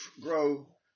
grow